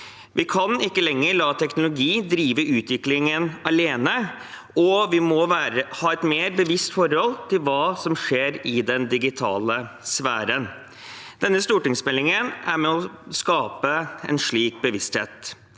Vi kan ikke lenger la teknologi drive utviklingen alene, og vi må ha et mer bevisst forhold til hva som skjer i den digitale sfæren. Denne stortingsmeldingen er med på å skape en slik bevissthet.